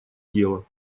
дело